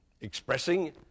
expressing